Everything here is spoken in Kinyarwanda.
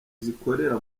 zikorera